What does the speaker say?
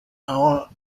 our